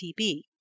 TB